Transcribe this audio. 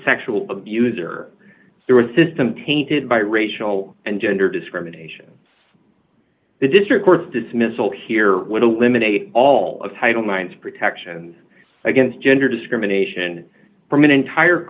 sexual abuser through a system tainted by racial and gender discrimination the district court's dismissal here with eliminate all of title minds protection against gender discrimination from an entire